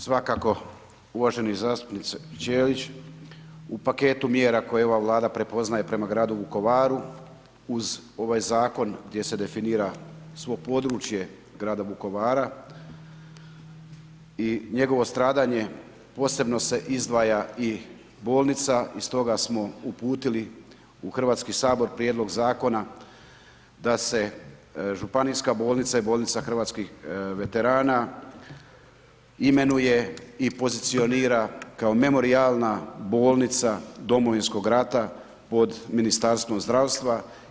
Svakako uvaženi zastupniče Ćelić u paketu mjera koje ova Vlada prepoznaje prema gradu Vukovaru uz ovaj zakon gdje se definira svo područje grada Vukovara i njegovo stradanje posebno se izdvaja i bolnica i stoga smo uputili Prijedlog zakona da se Županijska bolnica i Bolnica hrvatskih veterana imenuje i pozicionira kao memorijalna bolnica Domovinskog rata pod Ministarstvom zdravstva.